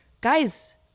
guys